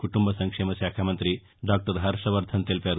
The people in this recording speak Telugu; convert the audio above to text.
కుటుంబ సంక్షేమ శాఖ మంతి డాక్టర్ హర్షవర్థన్ తెలిపారు